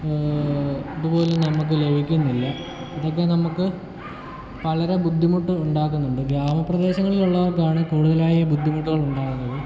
ഇതുപോലും നമുക്ക് ലഭിക്കുന്നില്ല ഇതൊക്കെ നമുക്ക് വളരെ ബുദ്ധിമുട്ട് ഉണ്ടാക്കുന്നുണ്ട് ഗ്രാമപ്രദേശങ്ങളിലുള്ളവർക്കാണ് കൂടുതലായും ബുദ്ധിമുട്ടുകൾ ഉണ്ടാകുന്നത്